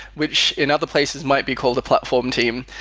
which in other places might be called the platform team.